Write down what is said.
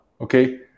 Okay